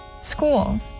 school